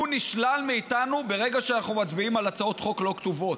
שהוא נשלל מאיתנו ברגע שאנחנו מצביעים על הצעות חוק לא כתובות,